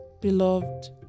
Beloved